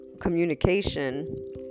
communication